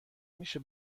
میشه